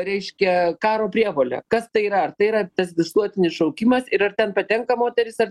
reiškia karo prievolę kas tai yra ar tai yra tas visuotinis šaukimas ir ar ten patenka moterys ar